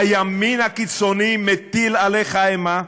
הימין הקיצוני מטיל עליך אימה?